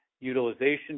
utilization